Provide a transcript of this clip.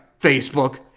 Facebook